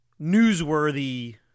newsworthy